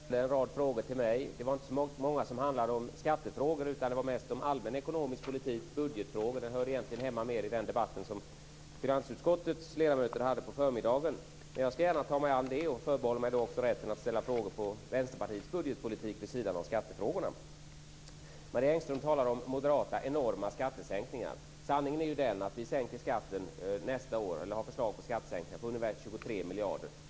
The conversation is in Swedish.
Fru talman! Marie Engström ställde en rad frågor till mig. Det var inte så många som handlade om skatter, utan det var mest frågor om allmän ekonomisk politik och budget. De hörde egentligen mer hemma i den debatt som finansutskottets ledamöter förde på förmiddagen. Jag ska gärna ta mig an dem, men förbehåller mig också rätten att vid sidan av skattefrågorna ställa frågor om Vänsterpartiets budgetpolitik. Marie Engström talar om enorma moderata skattesänkningar. Sanningen är att vi har förslag om skattesänkningar för nästa år på ungefär 23 miljarder.